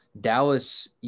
Dallas